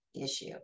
issue